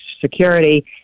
security